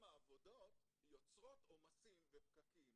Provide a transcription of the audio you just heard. העבודות יוצרות עומסים ופקקים